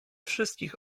wszystkich